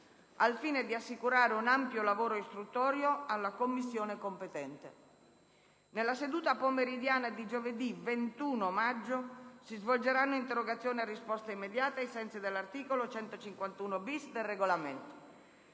al fine di assicurare un ampio lavoro istruttorio alla Commissione competente. Nella seduta pomeridiana di giovedì 21 maggio si svolgeranno interrogazioni a risposta immediata, ai sensi dell'articolo 151*‑bis* del Regolamento.